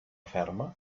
ferma